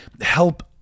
help